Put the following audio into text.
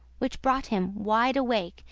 which brought him wide awake,